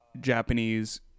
japanese